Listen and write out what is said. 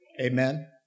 Amen